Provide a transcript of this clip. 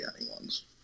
anyone's